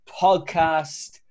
podcast